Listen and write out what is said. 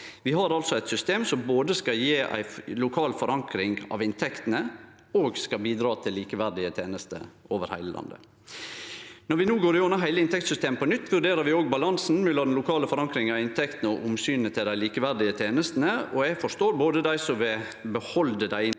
Vi har altså eit system som både skal gje ei lokal forankring av inntektene, og som skal bidra til likeverdige tenester over heile landet. Når vi no går gjennom heile inntektssystemet på nytt, vurderer vi også balansen mellom den lokale forankringa av inntektene og omsynet til likeverdige tenester. Eg forstår både dei som vil behalde dei inntektene